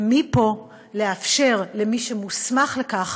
ומפה, לאפשר למי שמוסמך לכך